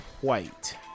white